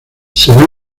serán